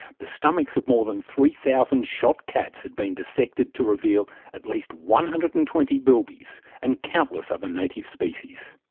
the stomachs of more than three thousand shot cats had been dissected to reveal at least one hundred and twenty bilbies, and countless other native species.